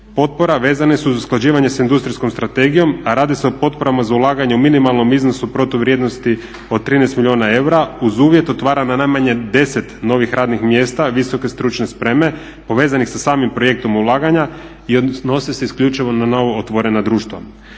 potpora vezane su za usklađivanje s Industrijskom strategijom, a radi se o potporama za ulaganje u minimalnom iznosu protuvrijednosti od 13 milijuna eura uz uvjet otvaranja najmanje 10 novih radnih mjesta visoke stručne spreme povezanih sa samim projektom ulaganja i odnose se isključivo na novootvorena društva.